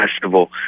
festival